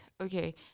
Okay